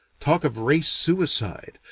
talk of race suicide,